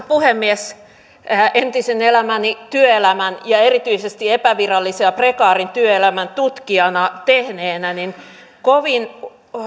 puhemies entisen elämäni työelämän ja erityisesti epävirallisen ja prekaarin työelämän tutkijana eläneenä kovin